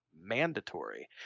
mandatory